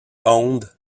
owned